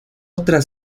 tras